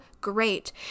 great